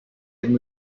had